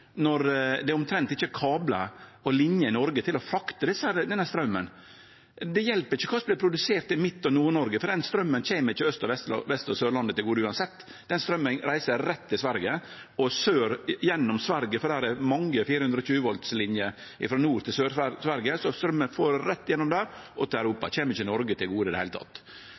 når det omtrent ikkje er kablar og liner i Noreg til å frakte den straumen. Det hjelper ikkje kva som vert produsert i Midt- og Nord-Noreg, for den straumen kjem ikkje Aust-, Sør- og Vestlandet til gode uansett. Den straumen reiser rett til Sverige og gjennom Sverige, for der er det mange 420 V-liner frå Nord-Sverige til Sør-Sverige. Straumen fer rett igjennom Sverige og kjem ikkje Noreg til gode i det heile.